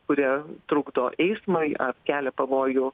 kurie trukdo eismui ar kelia pavojų